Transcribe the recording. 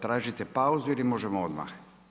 Tražite pauzu ili možemo odmah?